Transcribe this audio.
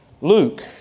Luke